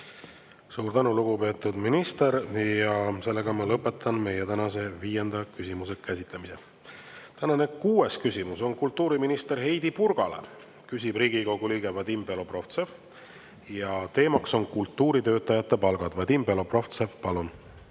Suur tänu, lugupeetud minister! Ma lõpetan meie tänase viienda küsimuse käsitlemise. Tänane kuues küsimus on kultuuriminister Heidy Purgale. Küsib Riigikogu liige Vadim Belobrovtsev ja teema on kultuuritöötajate palgad. Vadim Belobrovtsev, palun!